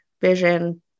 vision